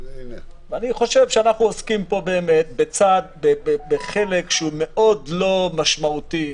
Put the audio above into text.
אני חושב שאנחנו עוסקים פה בחלק שהוא מאוד לא משמעותי,